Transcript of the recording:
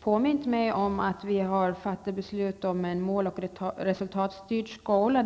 påminde mig om att riksdagen har fattat beslut om om en mål och resultatstyrd skola.